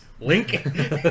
link